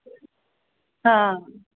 हँ